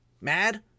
mad